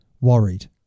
worried